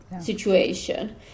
situation